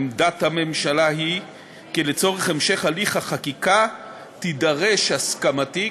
עמדת הממשלה היא כי לצורך המשך הליך החקיקה תידרש הסכמתי,